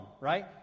Right